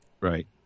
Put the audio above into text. Right